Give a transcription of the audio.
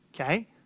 Okay